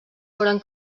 foren